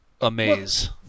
amaze